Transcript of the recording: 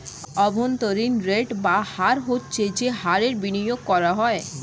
অভ্যন্তরীণ রেট বা হার হচ্ছে যে হারে বিনিয়োগ করা হয়